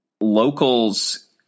locals